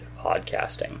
podcasting